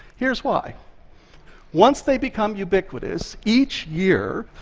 here's why once they become ubiquitous, each year,